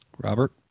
Robert